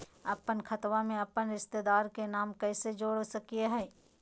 अपन खाता में अपन रिश्तेदार के नाम कैसे जोड़ा सकिए हई?